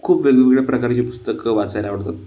खूप वेगवेगळ्या प्रकारची पुस्तकं वाचायला आवडतात